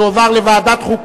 תקיפת עובד חינוך),